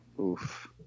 Oof